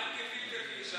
מה עם גפילטע פיש?